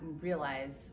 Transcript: realize